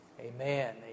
amen